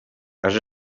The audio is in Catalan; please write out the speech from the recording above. has